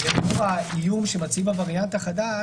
ולאור האיום שמציב הווריאנט החדש,